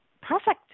perfect